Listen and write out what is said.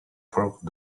broke